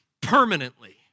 permanently